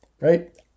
right